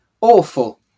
Awful